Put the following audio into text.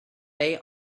they